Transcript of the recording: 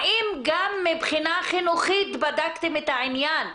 האם גם מבחינה חינוכית בדקתם את העניין פסיכולוגית.